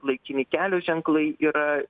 laikini kelio ženklai yra